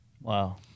Wow